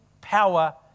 power